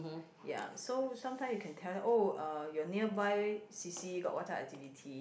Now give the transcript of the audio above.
ya so sometime you can tell them oh your nearby C_C got what type of activity